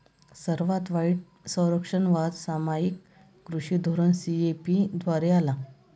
सर्वात वाईट संरक्षणवाद सामायिक कृषी धोरण सी.ए.पी द्वारे आला